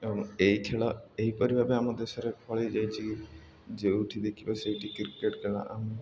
ଏବଂ ଏହି ଖେଳ ଏହିପରି ଭାବେ ଆମ ଦେଶରେ ଫଳିଯାଇଛି ଯେଉଁଠି ଦେଖିବ ସେଇଠି କ୍ରିକେଟ୍ ଖେଳ ଆମେ